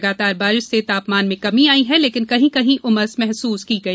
लगातार बारिश से तापमान में कमी आई है लेकिन कहीं कहीं उमस महसूस की गई